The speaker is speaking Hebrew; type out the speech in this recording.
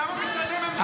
כמה משרדי ממשלה סגרת?